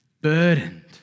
burdened